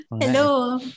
Hello